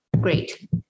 Great